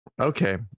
okay